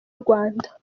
rwanda